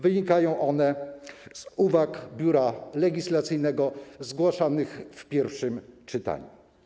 Wynikają one z uwag Biura Legislacyjnego zgłoszonych w pierwszym czytaniu.